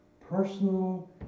Personal